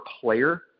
player